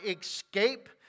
escape